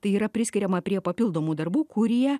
tai yra priskiriama prie papildomų darbų kurie